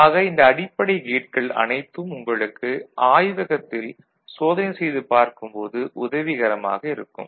ஆக இந்த அடிப்படை கேட்கள் அனைத்தும் உங்களுக்கு ஆய்வகத்தில் சோதனை செய்து பார்க்கும் போது உதவிகரமாக இருக்கும்